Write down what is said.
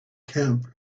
camp